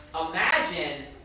Imagine